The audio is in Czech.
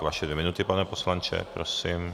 Vaše dvě minuty, pane poslanče, prosím.